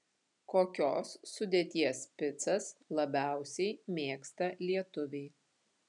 kokios sudėties picas labiausiai mėgsta lietuviai